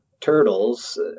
turtles